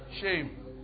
Shame